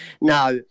Now